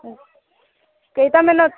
কেইটামানত